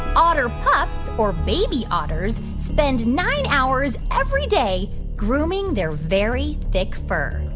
otter pups or baby otters spend nine hours every day grooming their very thick fur?